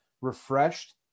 refreshed